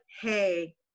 hey